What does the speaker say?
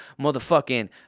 Motherfucking